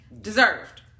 Deserved